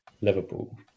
Liverpool